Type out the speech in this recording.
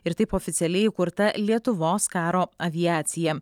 ir taip oficialiai įkurta lietuvos karo aviacija